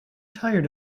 tired